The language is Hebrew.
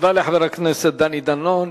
תודה לחבר הכנסת דני דנון.